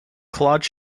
claude